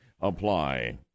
apply